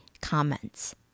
comments